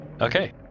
Okay